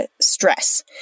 stress